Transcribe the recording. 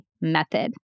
method